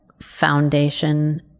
foundation